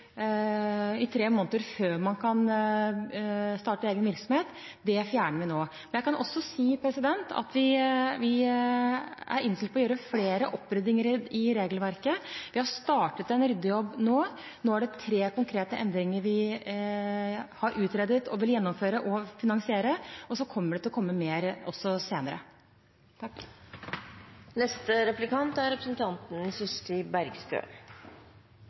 i tre måneder før man kunne starte egen virksomhet. Det fjerner vi nå. Jeg kan også si at vi er innstilt på å gjøre flere oppryddinger i regelverket. Vi har startet en ryddejobb nå. Nå er det tre konkrete endringer vi har utredet og vil gjennomføre og finansiere, og så kommer det til å komme mer senere.